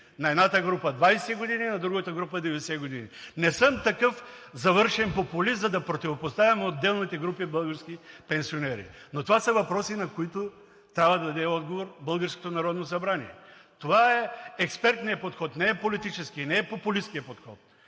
На едната група – 20 години, на другата група – 90 години. Не съм такъв завършен популист, за да противопоставям отделните групи български пенсионери, но това са въпроси, на които трябва да даде отговор българското Народно събрание. Това е експертният подход, не е политическият, не е популисткият подход.